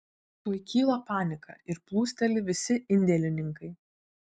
tuoj kyla panika ir plūsteli visi indėlininkai